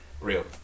Real